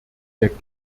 der